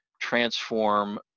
transform